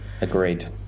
agreed